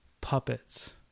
puppets